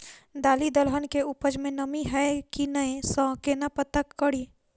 दालि दलहन केँ उपज मे नमी हय की नै सँ केना पत्ता कड़ी?